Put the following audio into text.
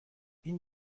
این